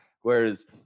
whereas